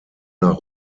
nach